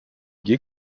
gay